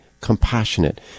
compassionate